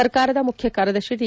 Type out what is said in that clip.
ಸರ್ಕಾರದ ಮುಖ್ಯಕಾರ್ಯದರ್ಶಿ ಟಿ